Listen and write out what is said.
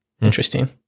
Interesting